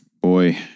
boy